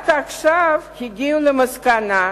רק עכשיו הגיעו למסקנה,